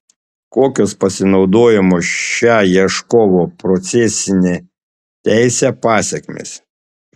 kokios pasinaudojimo šia ieškovo procesine teise pasekmės